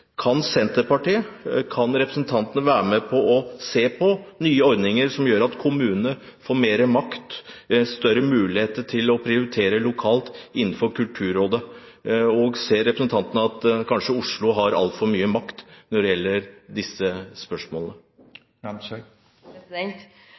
være med på å se på nye ordninger som gjør at kommunene får mer makt, større muligheter til å prioritere lokalt innenfor Kulturrådet? Og ser representanten at Oslo kanskje har altfor mye makt når det gjelder disse spørsmålene?